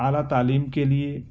اعلیٰ تعلیم کے لیے